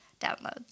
downloads